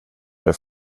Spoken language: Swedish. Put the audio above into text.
det